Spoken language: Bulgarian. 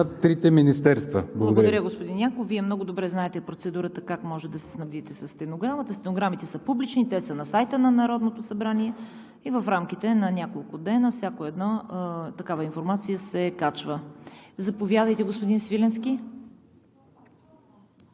ЦВЕТА КАРАЯНЧЕВА: Благодаря, господин Янков. Вие много добре знаете процедурата как може да се снабдите със стенограмата. Стенограмите са публични, те са на сайта на Народното събрание и в рамките на няколко дни всяка една такава информация се качва. Заповядайте, господин Свиленски.